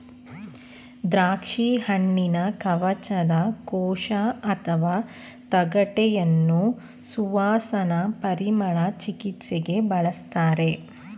ದ್ರಾಕ್ಷಿಹಣ್ಣಿನ ಕವಚದ ಕೋಶ ಅಥವಾ ತೊಗಟೆಯನ್ನು ಸುವಾಸನಾ ಪರಿಮಳ ಚಿಕಿತ್ಸೆಗೆ ಬಳಸ್ತಾರೆ